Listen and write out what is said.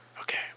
Okay